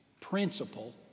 principle